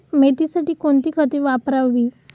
मेथीसाठी कोणती खते वापरावी?